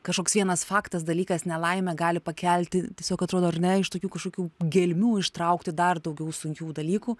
kažkoks vienas faktas dalykas nelaimė gali pakelti tiesiog atrodo ar ne iš tokių kažkokių gelmių ištraukti dar daugiau sunkių dalykų